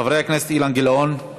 חבר הכנסת אילן גילאון?